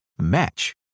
match